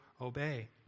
obey